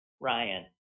Ryan